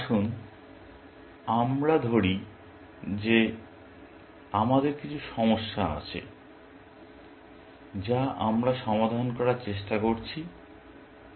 আসুন আমরা ধরি যে আমাদের কিছু সমস্যা আছে যা আমরা সমাধান করার চেষ্টা করছি